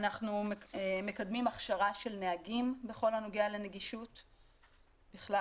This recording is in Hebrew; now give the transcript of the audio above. אנחנו מקדמים הכשרה של נהגים בכל הנוגע לנגישות בכלל,